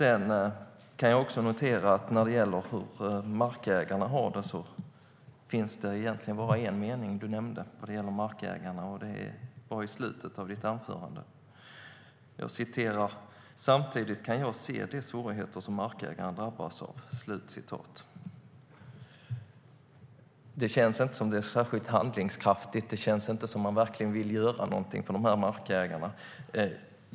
Markägarnas situation nämns bara i en enda mening i slutet av svaret: "Samtidigt kan jag se de svårigheter som markägarna drabbas av." Det känns inte särskilt handlingskraftigt. Det känns inte som att regeringen verkligen vill göra något för dessa markägare.